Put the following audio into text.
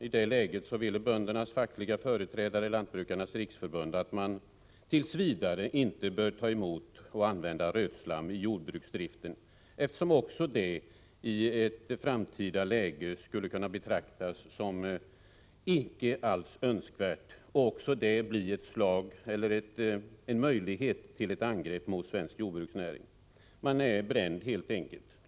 I det läget ville böndernas fackliga företrädare — Lantbrukarnas riksförbund — att man tills vidare inte skall ta emot och använda rötslam i jordbruksdriften, eftersom också en sådan användning i ett framtida läge skulle kunna betraktas som icke önskvärd och ge möjlighet till ett angrepp mot svensk jordbruksnäring. Man är bränd helt enkelt!